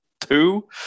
two